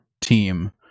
team